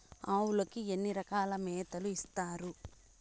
ఆవులకి ఎన్ని రకాల మేతలు ఇస్తారు?